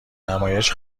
نمایش